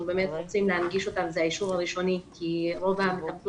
באמת רוצים להנגיש זה האישור הראשוני כי רוב בעלות